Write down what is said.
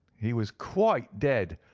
he was quite dead,